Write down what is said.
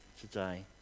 today